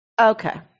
Okay